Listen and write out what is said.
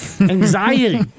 Anxiety